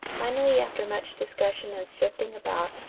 finally after much discussion and shifting about,